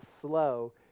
slow